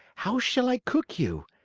how shall i cook you?